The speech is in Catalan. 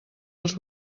els